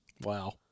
Wow